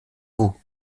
vaut